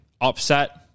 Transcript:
upset